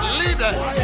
leaders